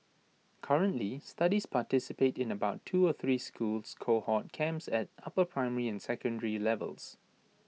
currently studies participate in about two or three school cohort camps at upper primary and secondary levels